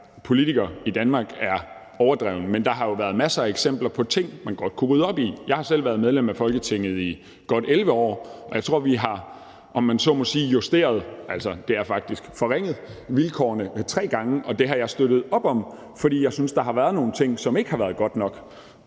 politiker i Danmark er overdreven, men der har jo været masser af eksempler på ting, man godt kunne rydde op i. Jeg har selv været medlem af Folketinget i godt 11 år, og jeg tror, at vi har justeret – altså faktisk forringet – vilkårene tre gange, og det har jeg støttet op om, fordi jeg synes, at der har været nogle ting, som ikke har været godt nok.